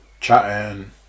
chatting